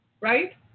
Right